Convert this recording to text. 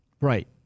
Right